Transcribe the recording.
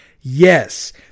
Yes